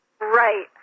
Right